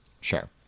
Sure